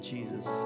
Jesus